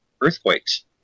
earthquakes